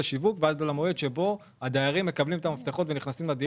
השיווק עד למועד שבו הדיירים מקבלים את המפתחות ונכנסים לדירה.